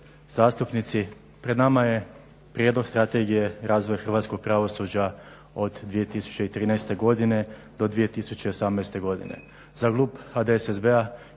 zastupnici. Pred nama je Prijedlog strategije razvoja hrvatskog pravosuđa od 2013. do 2018. godine.